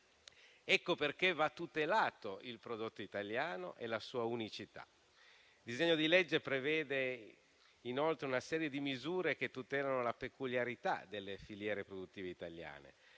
perché bisogna tutelare il prodotto italiano e la sua unicità. Il disegno di legge prevede inoltre una serie di misure che tutelano la peculiarità delle filiere produttive italiane.